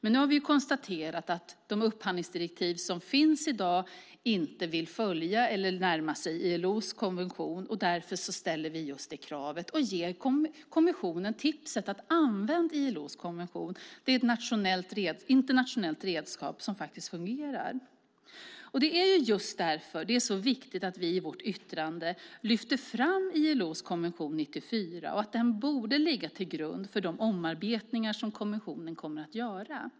Nu har vi konstaterat att de upphandlingsdirektiv som finns i dag inte vill följa eller närma sig ILO:s konvention, och därför ställer vi det kravet och ger kommissionen tipset att använda ILO:s konvention. Det är ett internationellt redskap som faktiskt fungerar. Det är därför det är så viktigt att vi i vårt yttrande lyfter fram ILO:s konvention 94 och att den borde ligga till grund för de omarbetningar som kommissionen kommer att göra.